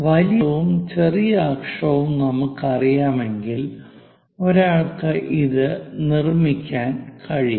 വലിയ അക്ഷവും ചെറിയ അക്ഷവും നമുക്കറിയാമെങ്കിൽ ഒരാൾക്ക് ഇത് നിർമ്മിക്കാൻ കഴിയും